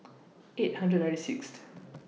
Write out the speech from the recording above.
eight hundred ninety Sixth